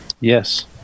Yes